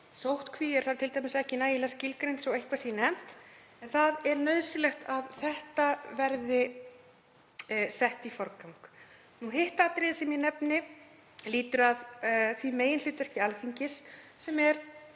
Sóttkví er t.d. ekki nægilega skilgreind svo eitthvað sé nefnt. Það er nauðsynlegt að þetta verði sett í forgang. Hitt atriðið sem ég nefni lýtur að því meginhlutverki Alþingis sem er